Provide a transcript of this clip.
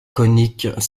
coniques